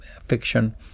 fiction